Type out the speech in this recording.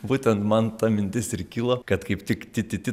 būtent man ta mintis ir kilo kad kaip tik ti ti ti